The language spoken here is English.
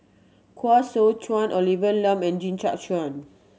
Koh Seow Chuan Olivia Lum and Jit Ch'ng